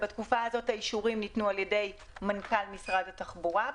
בתקופה הזאת האישורים ניתנו על ידי מנכ"ל משרד התחבורה.